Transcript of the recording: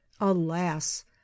alas